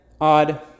odd